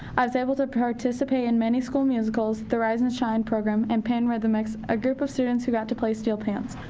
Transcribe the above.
i was able to participate in many school musicals, the rise and shine program and panrythmix, a group of students who got to play steel pans.